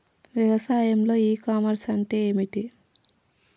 వ్యవసాయంలో e commerce అంటే ఏమిటి?